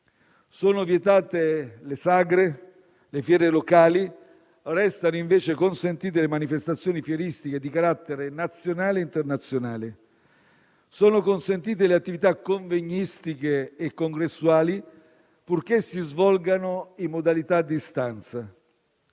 Sono vietate le sagre e le fiere locali, restano invece consentite le manifestazioni fieristiche di carattere nazionale e internazionale. Sono consentite le attività convegnistiche e congressuali, purché si svolgano in modalità a distanza.